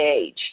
age